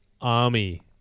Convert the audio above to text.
army